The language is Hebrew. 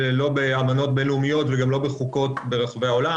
לא באמנות בין-לאומיות וגם לא בחוקות ברחבי העולם.